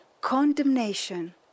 condemnation